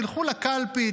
תלכו לקלפי,